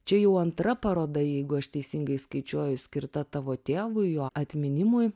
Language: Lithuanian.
čia jau antra paroda jeigu aš teisingai skaičiuoju skirta tavo tėvui jo atminimui